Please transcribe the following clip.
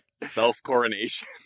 self-coronation